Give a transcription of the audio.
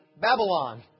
Babylon